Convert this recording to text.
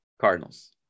Cardinals